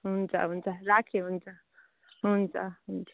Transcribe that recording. हुन्छ हुन्छ राखेँ हुन्छ हुन्छ हुन्छ